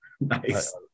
nice